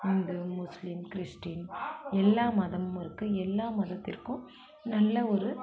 இந்து முஸ்லீம் கிறிஸ்டின் எல்லா மதமுமிருக்கு எல்லா மதத்திற்கும் நல்ல ஒரு